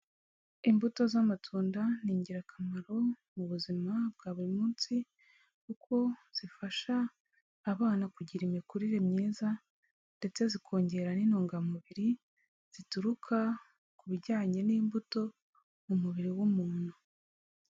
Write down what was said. Imbuto z'amatunda ni ingirakamaro mu buzima bwa buri munsi, kuko zifasha abana kugira imikurire myiza, ndetse zikongera n'intungamubiri zituruka ku bijyanye n'imbuto mu mubiri w'umuntu.